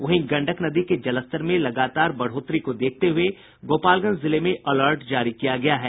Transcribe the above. वहीं गंडक नदी के जलस्तर में लगातार वृद्धि को देखते हुये गोपालगंज जिले में अलर्ट जारी किया गया है